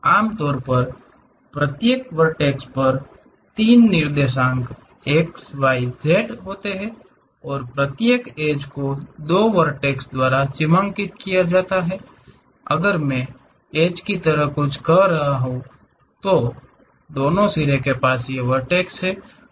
आमतौर पर प्रत्येक वर्टैक्स पर 3 निर्देशांक x y z होते हैं और प्रत्येक एड्ज को दो वर्टैक्स द्वारा सीमांकित किया जाता है अगर मैं एड्ज की तरह कुछ कह रहा हूं दोनों सिरों के पास ये वर्टैक्स हैं